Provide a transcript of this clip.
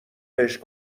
بهش